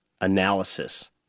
analysis